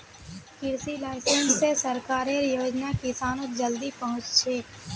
कृषि लाइसेंस स सरकारेर योजना किसानक जल्दी पहुंचछेक